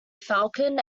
falcon